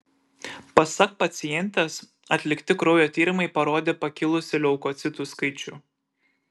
pasak pacientės atlikti kraujo tyrimai parodė pakilusį leukocitų skaičių